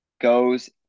goes